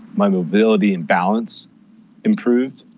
my mobility and balance improved.